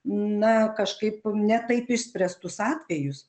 na kažkaip ne taip išspręstus atvejus